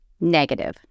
negative